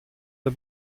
der